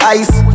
ice